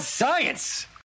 Science